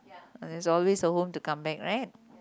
and there's always a home to come back right